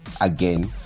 again